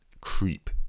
creep